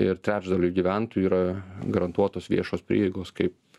ir trečdaliui gyventojų yra garantuotos viešos prieigos kaip